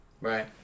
Right